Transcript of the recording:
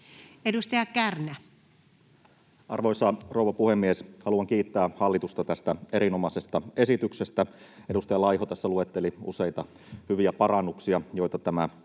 Edustaja Kärnä. Arvoisa rouva puhemies! Haluan kiittää hallitusta tästä erinomaisesta esityksestä. Edustaja Laiho tässä luetteli useita hyviä parannuksia, joita tämä